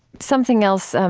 something else, um